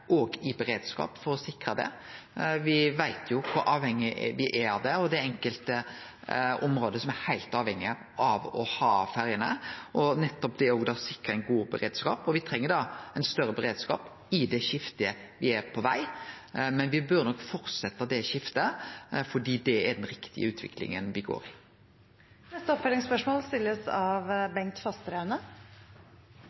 i beredskap for å sikre det. Me veit kor avhengige me er av dei, og det er enkelte område som er heilt avhengige av å ha ferjene, nettopp for å sikre ein god beredskap. Me treng ein større beredskap i det skiftet som er på veg, men me bør nok fortsetje det skiftet fordi det er den riktige utviklinga.